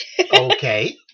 Okay